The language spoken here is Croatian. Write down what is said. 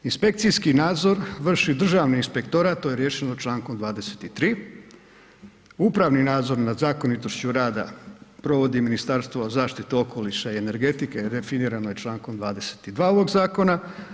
Inspekcijski nadzor vrši Državni inspektorat to je riješeno Člankom 23., upravni nadzor nad zakonitošću rada provodi Ministarstvo zaštite okoliša i energetike, a definirano je Člankom 22. ovog zakona.